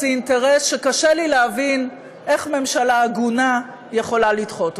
זה אינטרס שקשה לי להבין איך ממשלה הגונה יכולה לדחות אותו.